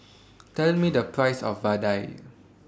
Tell Me The Price of Vadai